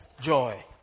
joy